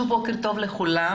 בוקר טוב לכולם.